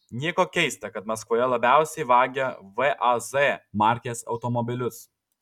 nieko keista kad maskvoje labiausiai vagia vaz markės automobilius